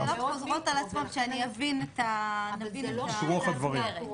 שאני יבין את המסגרת.